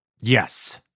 Yes